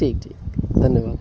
ठीक ठीक धन्यवाद